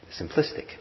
simplistic